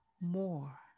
more